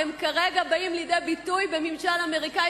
כרגע באים לידי ביטוי בממשל אמריקני